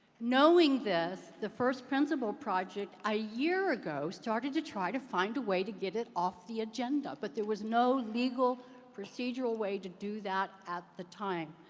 knowing this, the first principle project a year ago started to try to find a way to get it off the agenda, but there was no legal procedural way to do that at the time.